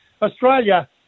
Australia